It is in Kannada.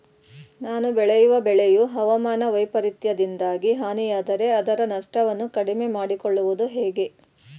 ನಾನು ಬೆಳೆಯುವ ಬೆಳೆಯು ಹವಾಮಾನ ವೈಫರಿತ್ಯದಿಂದಾಗಿ ಹಾನಿಯಾದರೆ ಅದರ ನಷ್ಟವನ್ನು ಕಡಿಮೆ ಮಾಡಿಕೊಳ್ಳುವುದು ಹೇಗೆ?